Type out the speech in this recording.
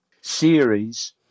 series